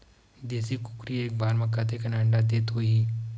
देशी कुकरी एक बार म कतेकन अंडा देत होही?